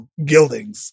Guildings